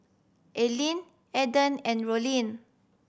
Aylin Eden and Rollin